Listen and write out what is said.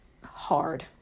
hard